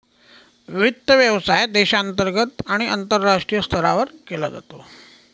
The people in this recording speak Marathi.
वित्त व्यवसाय देशांतर्गत आणि आंतरराष्ट्रीय स्तरावर केला जातो